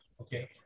Okay